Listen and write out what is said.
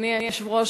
אדוני היושב-ראש,